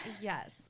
yes